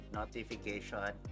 notification